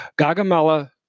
Gagamela